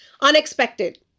unexpected